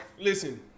listen